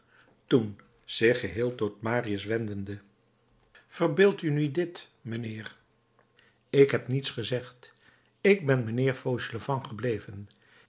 toen zich geheel tot marius wendende verbeeld u nu dit mijnheer ik heb niets gezegd ik ben mijnheer fauchelevent gebleven